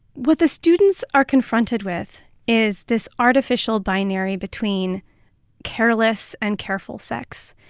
what the students are confronted with is this artificial binary between careless and careful sex.